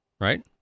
Right